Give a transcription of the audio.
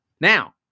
Now